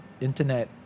internet